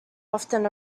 often